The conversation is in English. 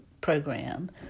program